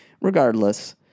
Regardless